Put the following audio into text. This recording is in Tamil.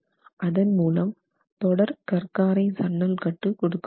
அதன் மூலம் தொடர் கற்காரை சன்னல் கட்டு கொடுக்க முடியும்